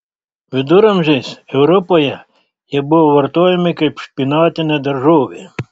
viduramžiais europoje jie buvo vartojami kaip špinatinė daržovė